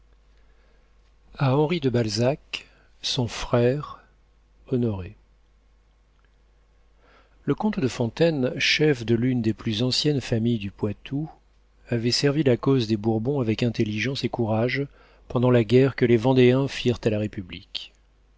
de balzac son frère honoré le comte de fontaine chef de l'une des plus anciennes familles du poitou avait servi la cause des bourbons avec intelligence et courage pendant la guerre que les vendéens firent à la république